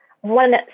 One